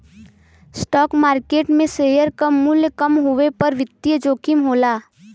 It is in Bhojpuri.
स्टॉक मार्केट में शेयर क मूल्य कम होये पर वित्तीय जोखिम होला